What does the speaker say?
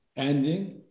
ending